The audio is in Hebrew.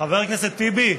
חבר הכנסת טיבי,